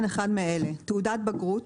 הן אחת מאלה: תעודת בגרות,